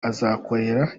azakorera